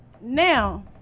now